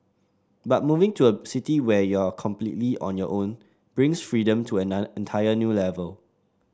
but moving to a city where you're completely on your own brings freedom to an entire new level